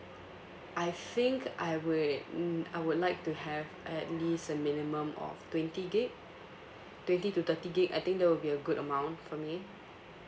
I think I would mm I would like to have at least a minimum of twenty gig twenty to thirty gig I think that would be a good amount for me